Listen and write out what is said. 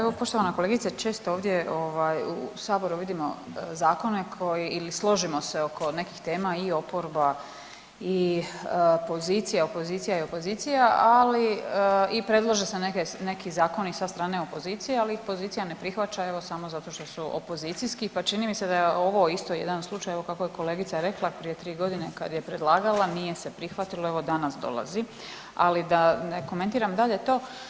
Evo poštovana kolegice često ovdje ovaj u saboru vidimo zakone koji i složimo se oko nekih tema i oporba i pozicija, opozicija i opozicija, ali i predlože se neki zakoni sa strane opozicije ali ih pozicija ne prihvaća evo samo zato što su opozicijski pa čini mi se da je ovo isto jedan slučaj evo kako je kolegica rekla prije 3 godine kad je predlagala nije se prihvatilo evo danas dolazi, ali da ne komentiram dalje to.